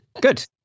Good